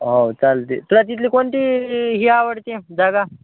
हो चालते तुला तिथली कोणती ही आवडते जागा